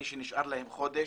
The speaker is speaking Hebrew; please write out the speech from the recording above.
מי שנשאר להם חודש,